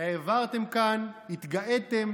העברתם כאן, התגאיתם